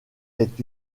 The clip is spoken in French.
est